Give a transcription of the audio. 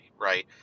right